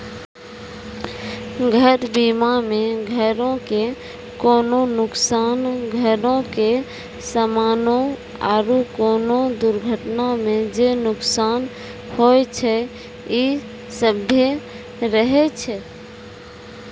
घर बीमा मे घरो के कोनो नुकसान, घरो के समानो आरु कोनो दुर्घटना मे जे नुकसान होय छै इ सभ्भे रहै छै